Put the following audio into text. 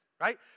right